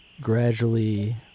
gradually